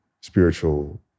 spiritual